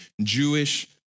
Jewish